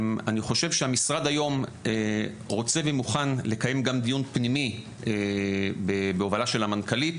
אני חושב שהמשרד היום רוצה ומוכן לקיים גם דיון פנימי בהובלת המנכ"לית,